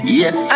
yes